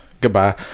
goodbye